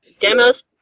Demos